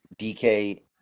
DK